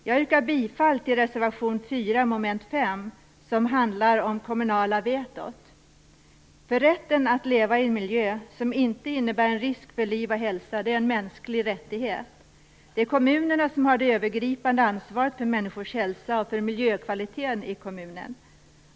Jag yrkar bifall till reservation 4, mom. 5, som handlar om det kommunala vetot. Att leva i en miljö som inte innebär risk för liv och hälsa är en mänsklig rättighet. Det är kommunerna som har det övergripande ansvaret för människors hälsa och för miljökvaliteten i kommunen.